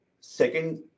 second